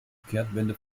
kehrtwende